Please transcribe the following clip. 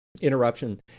Interruption